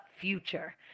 future